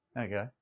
Okay